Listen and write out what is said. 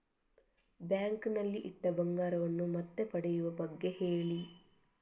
bank ನಲ್ಲಿ ಇಟ್ಟ ಬಂಗಾರವನ್ನು ಮತ್ತೆ ಪಡೆಯುವ ಬಗ್ಗೆ ಹೇಳಿ